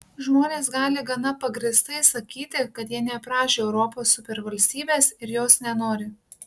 žmonės gali gana pagrįstai sakyti kad jie neprašė europos supervalstybės ir jos nenori